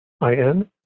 I-N